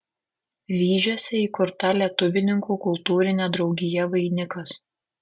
vyžiuose įkurta lietuvininkų kultūrinė draugija vainikas